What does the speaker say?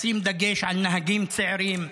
לשים דגש על נהגים צעירים,